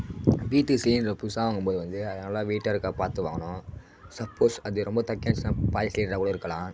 வீட்டுக்கு சிலிண்டர் புதுசாக வாங்கும் போது வந்து அது நல்லா வெயிட்டாக இருக்கா பார்த்து வாங்கணும் சப்போஸ் அது ரொம்ப தக்கையா இருந்துச்சுன்னா பழைய சிலிண்டராக கூட இருக்கலாம்